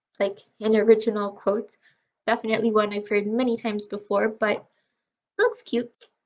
like in original quote definitely one i've heard many times before but looks cute